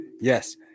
Yes